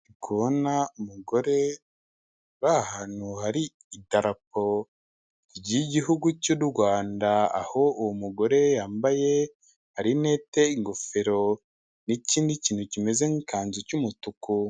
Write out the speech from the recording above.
Ndi kubona umugore uri ahantu hari idarapo ry'igihugu cy' Rwanda, aho uwo mugore yambaye amarinete, ingofero, n'ikindi kintu kimeze nk'ikanzu cy'umutuku.